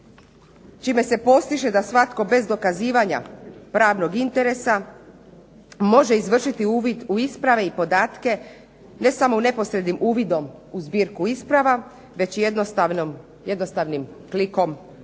čime se postiže da svatko bez dokazivanja pravnog interesa može izvršiti uvid u isprave i podatke, ne samo neposrednim uvidom u zbirku isprava već i jednostavnim klikom na